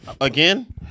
Again